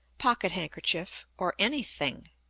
pocket-handkerchief, or anything,